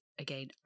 again